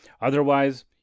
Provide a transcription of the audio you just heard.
Otherwise